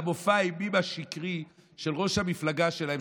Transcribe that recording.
למופע האימים השקרי של ראש המפלגה שלהם,